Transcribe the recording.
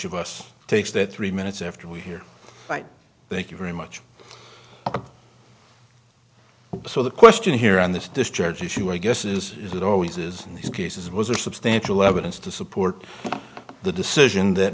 of us takes that three minutes after we hear thank you very much so the question here on this discharge issue i guess is is it always is in these cases was a substantial evidence to support the decision that